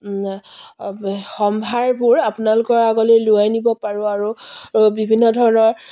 সম্ভাৰবোৰ আপোনালোকৰ আগলৈ লৈ আনিব পাৰোঁ আৰু বিভিন্ন ধৰণৰ